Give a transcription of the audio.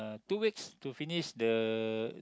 two weeks to finish the